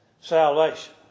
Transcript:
salvation